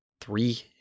Three